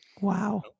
Wow